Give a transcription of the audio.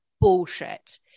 bullshit